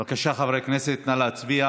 בבקשה, חברי הכנסת, נא להצביע